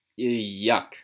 yuck